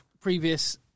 previous